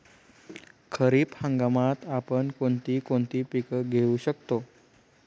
खरीप हंगामात आपण कोणती कोणती पीक घेऊ शकतो?